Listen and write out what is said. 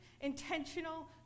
intentional